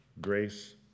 Grace